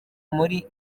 muri